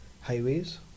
highways